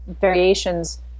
variations